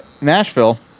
nashville